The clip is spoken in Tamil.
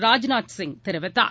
ராஜ்நாத் சிங் தெரிவித்தார்